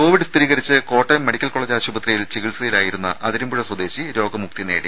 Covid സ്ഥിരീകരിച്ച് Kottayam medical college ആശുപത്രിയിൽ ചികിത്സയിലായിരുന്നു അതിരമ്പുഴ സ്വദേശി രോഗമുക്തി നേടി